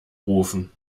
rufen